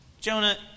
Jonah